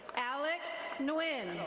alex nguyen.